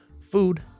food